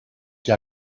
que